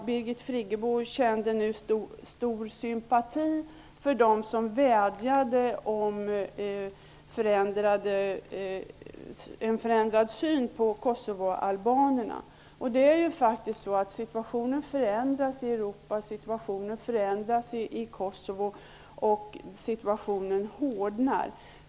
Birgit Friggebo känner nu stor sympati för dem som vädjade om en förändrad syn på kosovoalbanerna. Situationen förändras ju och hårdnar i Europa och i Kosovo.